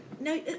No